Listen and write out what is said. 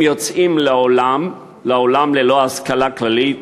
הם יוצאים לעולם ללא השכלה כללית,